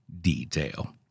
detail